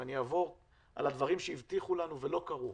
אם אני אעבור על הדברים שהבטיחו לנו ולא קרו,